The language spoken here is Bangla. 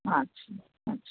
আচ্ছা আচ্ছা